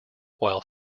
while